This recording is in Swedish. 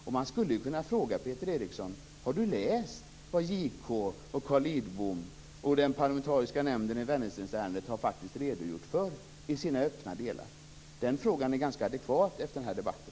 Jag skulle kunna fråga om Peter Eriksson har läst vad JK, Carl Lidbom och den parlamentariska nämnden i Wennerströmsärendet har redogjort för i de öppna delarna. Den frågan är adekvat efter den här debatten.